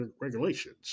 regulations